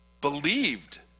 believed